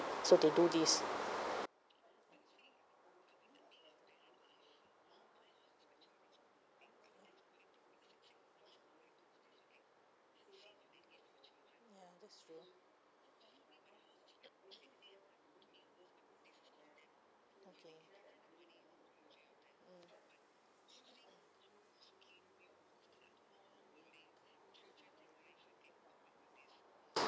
so they do this